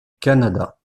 canada